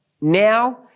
now